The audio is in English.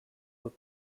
were